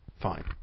Fine